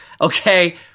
Okay